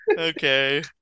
Okay